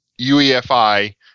UEFI